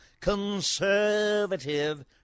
conservative